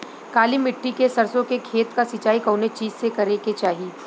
काली मिट्टी के सरसों के खेत क सिंचाई कवने चीज़से करेके चाही?